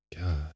God